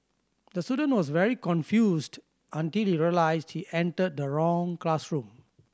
the student was very confused until he realised he entered the wrong classroom